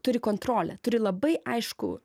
turi kontrolę turi labai aiškų